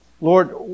Lord